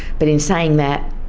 but in saying that,